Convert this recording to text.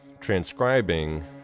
transcribing